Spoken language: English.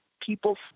people